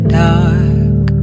dark